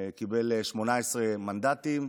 קיבל 18 מנדטים,